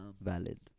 Valid